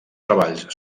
treballs